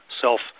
self